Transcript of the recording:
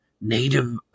Native